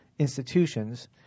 institutions